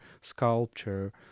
sculpture